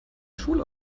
schule